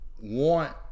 want